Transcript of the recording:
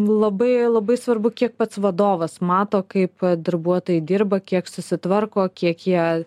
labai labai svarbu kiek pats vadovas mato kaip darbuotojai dirba kiek susitvarko kiek jie